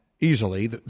easily